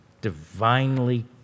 divinely